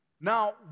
Now